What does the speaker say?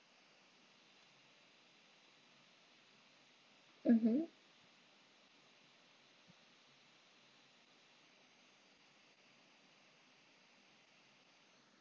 mmhmm